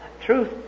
Truth